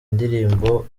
indirimbo